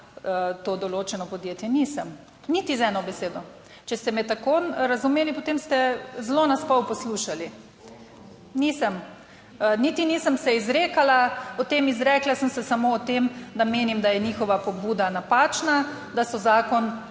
to določeno podjetje, nisem niti z eno besedo, če ste me tako razumeli, potem ste zelo nas pol poslušali. Nisem. Niti, nisem se izrekala o tem, izrekla sem se samo o tem, da menim, da je njihova pobuda napačna, da so zakon